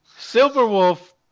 Silverwolf